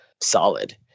solid